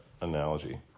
analogy